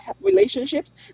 relationships